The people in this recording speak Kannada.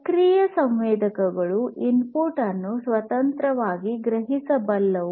ಸಕ್ರಿಯ ಸಂವೇದಕಗಳು ಇನ್ಪುಟ್ ಅನ್ನು ಸ್ವತಂತ್ರವಾಗಿ ಗ್ರಹಿಸಬಲ್ಲವು